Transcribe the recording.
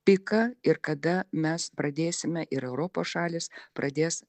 piką ir kada mes pradėsime ir europos šalys pradės